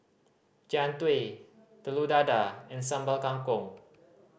Jian Dui Telur Dadah and Sambal Kangkong